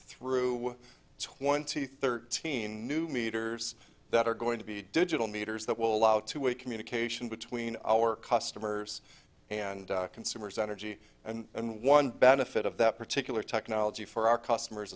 through twenty thirteen new meters that are going to be digital meters that will allow two way communication between our customers and consumers energy and one benefit of that particular technology for our customers